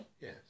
yes